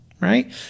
right